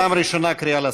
פעם ראשונה קריאה לסדר.